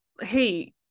hey